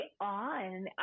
on